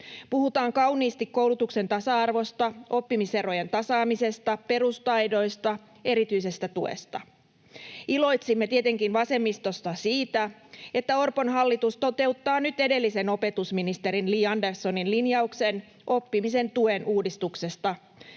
Puhutaan kauniisti koulutuksen tasa-arvosta, oppimiserojen tasaamisesta, perustaidoista, erityisestä tuesta. Iloitsimme tietenkin vasemmistossa siitä, että Orpon hallitus toteuttaa nyt edellisen opetusministerin Li Anderssonin linjauksen oppimisen tuen uudistuksesta